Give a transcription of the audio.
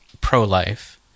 pro-life